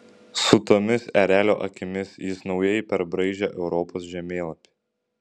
su tomis erelio akimis jis naujai perbraižė europos žemėlapį